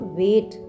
wait